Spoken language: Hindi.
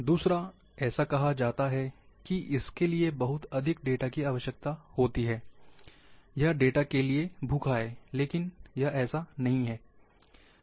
दूसरा ऐसा कहा जाता हाई कि इसके लिए बहुत अधिक डेटा की आवश्यकता होती है यह डेटा के लिए भूखा है लेकिन यह ऐसा नहीं है